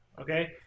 Okay